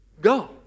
Go